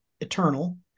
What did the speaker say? eternal